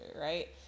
right